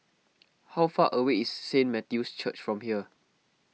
how far away is Saint Matthew's Church from here